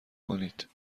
کنید